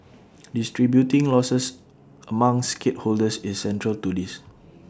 distributing losses among stakeholders is central to this